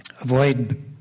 Avoid